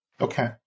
Okay